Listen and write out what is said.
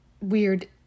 weird